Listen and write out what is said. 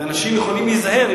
ואנשים יכולים להיזהר.